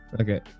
Okay